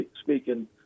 speaking